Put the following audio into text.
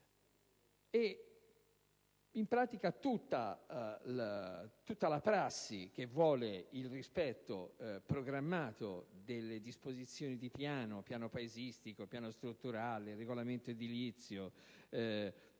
e, in pratica, tutta la prassi che vuole il rispetto programmato delle disposizioni di piano paesistico e strutturale, del regolamento edilizio